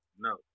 No